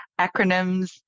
acronyms